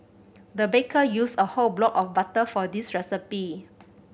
the baker used a whole block of butter for this recipe